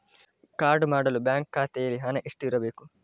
Card ಮಾಡಲು bank ಖಾತೆಯಲ್ಲಿ ಹಣ ಎಷ್ಟು ಇರಬೇಕು?